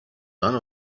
none